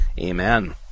Amen